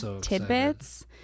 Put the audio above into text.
tidbits